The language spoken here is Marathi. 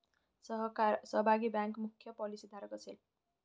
सहभागी बँक मुख्य पॉलिसीधारक असेल